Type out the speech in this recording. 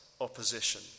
opposition